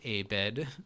Abed